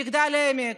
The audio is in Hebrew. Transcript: מגדל העמק,